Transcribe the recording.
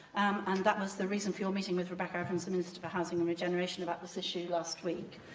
and that was the reason for your meeting with rebecca evans, the minister for housing and regeneration, about this issue last week.